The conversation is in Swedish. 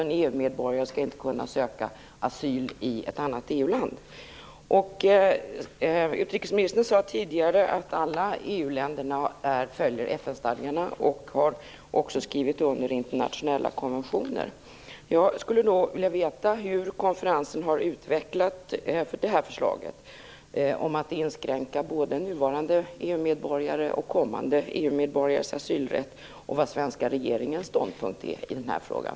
En EU-medborgare skall alltså inte kunna söka asyl i ett annat EU-land. Utrikesministern sade tidigare att alla EU-länder följer FN-stadgarna och också har skrivit under internationella konventioner. Jag skulle vilja veta hur konferensen har utvecklat förslaget om att inskränka både nuvarande och kommande EU-medborgares asylrätt och vad den svenska regeringens ståndpunkt är i den frågan.